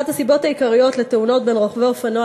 אחת הסיבות העיקריות לתאונות בין רוכבי אופנוע